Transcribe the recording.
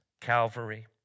Calvary